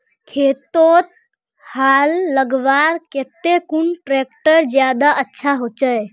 खेतोत हाल लगवार केते कुन ट्रैक्टर ज्यादा अच्छा होचए?